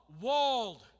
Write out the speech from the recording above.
walled